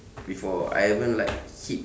before I haven't like hit